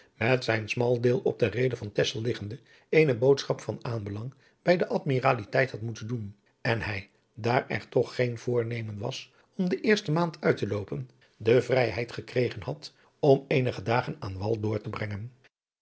met zijn smaldeel op de reede van texel liggende eene boodschap van aaubelang bij de admiraliteit had moeten doen en hij daar er toch geen voornemen was om de eerste maand uit te loopen de vrijheid gekregen had om eenige dagen aan wal door te brengen